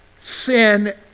sin